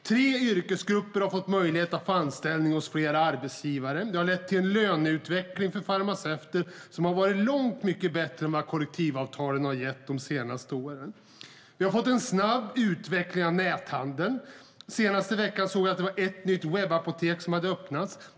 Tre yrkesgrupper har fått möjlighet till anställning hos fler arbetsgivare. Det har lett till en löneutveckling för farmaceuter som varit långt mycket bättre än vad kollektivavtalen gett de senaste åren. Vi har fått en mycket snabb utveckling av näthandeln. Jag såg att den senaste veckan har ett nytt webbapotek öppnats.